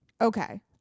Okay